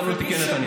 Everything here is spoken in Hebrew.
הגענו לתיקי נתניהו.